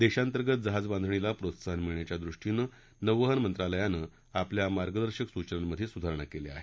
देशांतर्गत जहाज बांधणीला प्रोत्साहन मिळण्याच्या दृष्टीनं नौवहन मंत्रालयानं आपल्या मार्गदर्शक सुचनांमध्ये सुधारणा केल्या आहेत